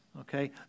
okay